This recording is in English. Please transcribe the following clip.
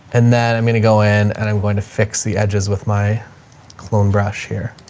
and then i'm going to go in and i'm going to fix the edges with my clone brush here.